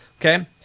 Okay